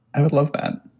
i would love that